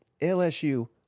LSU